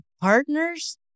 partners